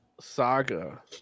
Saga